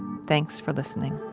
thanks for listening